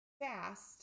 fast